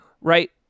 right